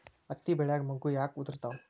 ಹತ್ತಿ ಬೆಳಿಯಾಗ ಮೊಗ್ಗು ಯಾಕ್ ಉದುರುತಾವ್?